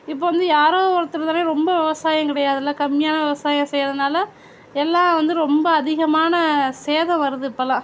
இப்போ வந்து யாரோ ஒருத்தர் தானே ரொம்ப விவசாயம் கிடையாதுல்ல கம்மியான விவசாயம் செய்யறதுனால எல்லா வந்து ரொம்ப அதிகமான சேதம் வருது இப்போல்லாம்